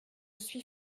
suis